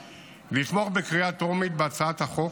היא לתמוך בהצעת החוק